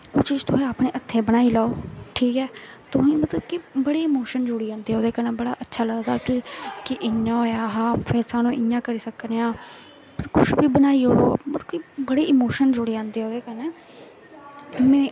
ओह् चीज तुसें अपने हत्थें बनाई लैओ ठीक ऐ तुसें मतलब कि बड़े इमोशन जुड़ी जंदे ओह्दे कन्नै बड़ा अच्छा लगदा कि कि इ'यां होएआ हा फिर सानूं इ'यां करी सकने आं कुछ बी बनाई ओड़ो मतलब कि बड़े इमोशन जुड़ी आंदे ओह्दे कन्नै में